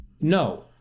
No